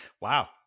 Wow